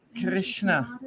Krishna